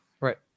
Right